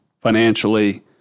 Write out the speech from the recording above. financially